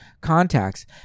contacts